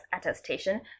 attestation